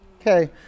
Okay